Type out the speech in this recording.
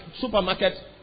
supermarket